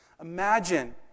Imagine